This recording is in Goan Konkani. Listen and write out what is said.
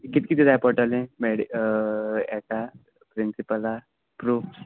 कित् किदें तें जाय पोडटोलें मॅडि हेका प्रिंसिपला प्रूफ